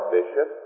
bishop